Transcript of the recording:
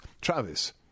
Travis